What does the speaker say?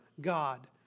God